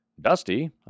Dusty